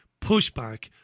pushback